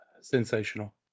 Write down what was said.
Sensational